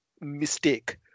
mistake